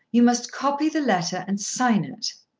you must copy the letter and sign it.